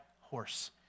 horse